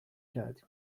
کردیم